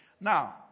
Now